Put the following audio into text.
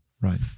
Right